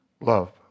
love